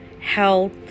health